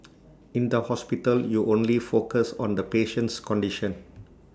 in the hospital you only focus on the patient's condition